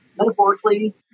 metaphorically